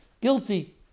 guilty